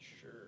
Sure